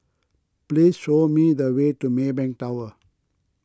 please show me the way to Maybank Tower